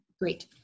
Great